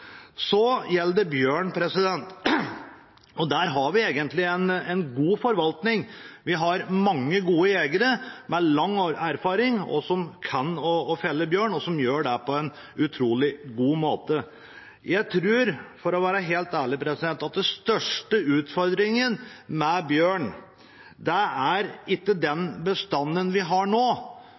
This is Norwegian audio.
lang erfaring som kan å felle bjørn, og som gjør det på en utrolig god måte. For å være helt ærlig tror jeg at den største utfordringen med bjørn ikke gjelder den bestanden vi har nå,